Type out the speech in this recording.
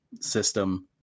system